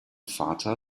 vater